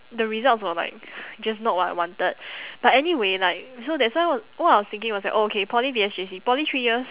the results were like just not what I wanted but anyway like so that's why wh~ what I was thinking was like oh okay poly V S J_C poly three years